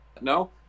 No